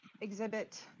exhibit